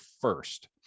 first